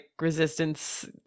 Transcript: resistance